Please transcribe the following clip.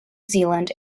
zealand